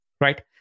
right